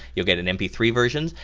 you will get an m p three version,